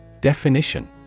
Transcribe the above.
Definition